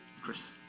Chris